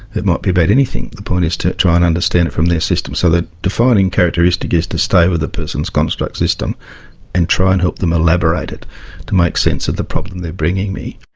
it might be about anything, the point is to try and understand it from their system. so the defining characteristic is to stay with a person's construct system and try and help them elaborate it to make sense of the problem they're bringing me.